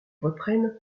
reprennent